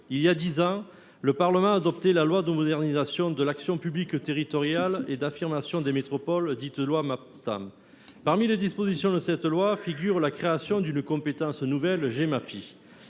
Voilà dix ans, le Parlement adoptait la loi de modernisation de l’action publique territoriale et d’affirmation des métropoles, dite loi Maptam. Parmi les dispositions de cette loi, figure la création d’une compétence nouvelle :